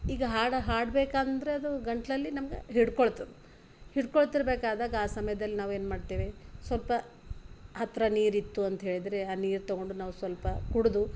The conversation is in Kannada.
ಈಗ ಹಾಡು ಹಾಡಬೇಕಂದ್ರೆ ಅದು ಗಂಟಲಲ್ಲಿ ನಮಗೆ ಹಿಡ್ಕೊಳ್ತದ ಹಿಡ್ಕೊಳ್ತಿರಬೇಕಾದಾಗ ಆ ಸಮ್ಯದಲ್ಲಿ ನಾವೇನ್ಮಾಡ್ತೇವೆ ಸ್ವಲ್ಪ ಹತ್ತಿರ ನೀರಿತ್ತು ಅಂತೇಳಿದರೆ ಆ ನೀರು ತಗೊಂಡು ನಾವು ಸ್ವಲ್ಪ ಕುಡಿದು